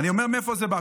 אני רק אומר מאיפה זה בא.